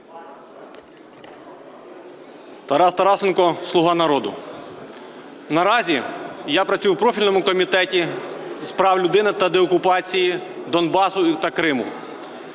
Тарас Тарасенко, "Слуга народу". Наразі я працюю в профільному Комітеті з прав людини та деокупації Донбасу та Криму.